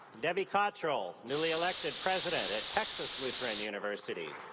debbie cottrell, newly elected president at texas lutheran university.